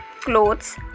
clothes